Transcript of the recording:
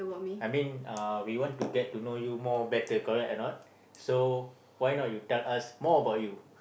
I mean uh we want to get to know you more better correct or not so why not you tell us more about you